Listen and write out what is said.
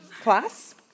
class